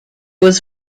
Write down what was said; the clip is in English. was